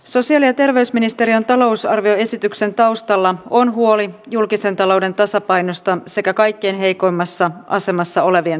sosiaali ja terveysministeriön talousarvioesityksen taustalla on huoli julkisen talouden tasapainosta sekä kaikkein heikoimmassa asemassa olevien toimeentulosta